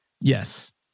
Yes